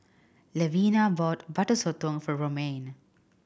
Levina bought Butter Sotong for Romaine